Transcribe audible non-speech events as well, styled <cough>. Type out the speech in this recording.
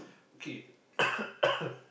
okay <coughs>